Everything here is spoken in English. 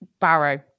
Barrow